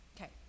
Okay